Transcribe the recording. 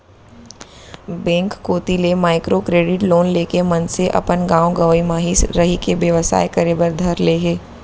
bank कोती ले micro credit loan लेके मनसे अपन गाँव गंवई म ही रहिके बेवसाय करे बर धर ले हे